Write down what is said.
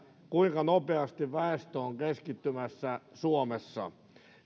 kuinka nopeasti väestö on keskittymässä suomessa